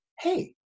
hey